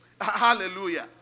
Hallelujah